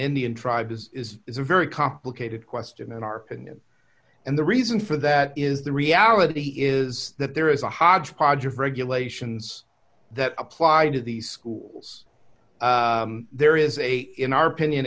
indian tribe is is is a very complicated question in our opinion and the reason for that is the reality is that there is a hodgepodge of regulations that applied to these schools there is a in our opinion